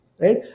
right